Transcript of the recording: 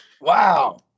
Wow